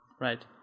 right